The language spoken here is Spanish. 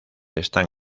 están